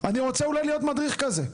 אני רוצה אולי להיות מדריך כזה.